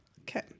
Okay